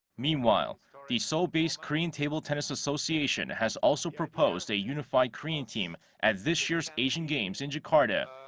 meanwhile the seoul-based korean table tennis association has also proposed a unified korean team at this year's asian games in jakarta.